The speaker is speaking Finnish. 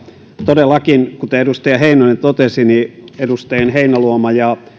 todellakin kuten edustaja heinonen totesi edustajien heinäluoma ja